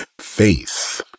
Faith